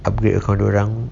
upgrade akaun dia orang